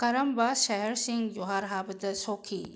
ꯀꯔꯝꯕ ꯁꯍꯔꯁꯤꯡ ꯌꯨꯍꯥꯔ ꯍꯥꯕꯗ ꯁꯣꯛꯈꯤ